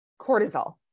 cortisol